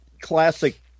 classic